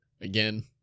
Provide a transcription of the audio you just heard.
again